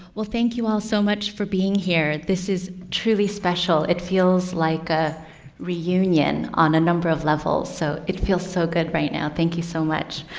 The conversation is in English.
well, thank you all so much for being here. this is truly special. it feels like a reunion on a number of levels. so it feels so good right now. thank you so much.